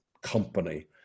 company